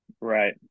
Right